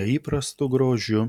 neįprastu grožiu